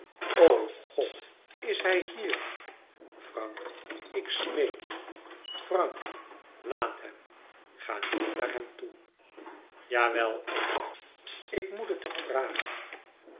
o god is hij hier frank ik smeek je frank laat hem ga niet naar hem toe jawel eve ik moet het hem vragen